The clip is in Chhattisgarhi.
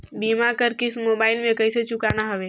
बीमा कर किस्त मोबाइल से कइसे चुकाना हवे